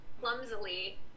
clumsily